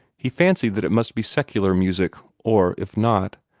he fancied that it must be secular music, or, if not,